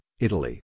Italy